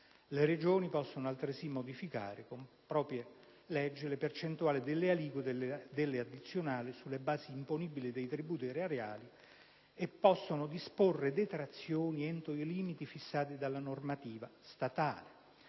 Le Regioni possono altresì modificare con propria legge le percentuali delle aliquote delle addizionali sulle basi imponibili dei tributi erariali e possono disporre detrazioni entro i limiti fissati dalla normativa statale.